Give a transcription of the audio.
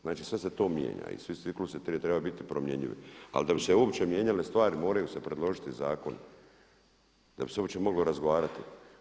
Znači sve se to mijenja i svi ciklusi ti trebaju biti promjenjivi ali da bi se uopće mijenjale stvari moraju se predložiti zakoni da bi se uopće moglo razgovarati.